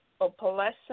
opalescent